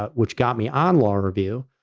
ah which got me on law review.